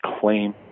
claim